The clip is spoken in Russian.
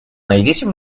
найдите